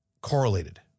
correlated